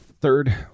Third